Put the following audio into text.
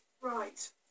Right